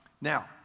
Now